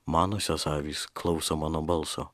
manosios avys klauso mano balso